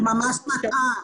את ממש מטעה.